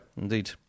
indeed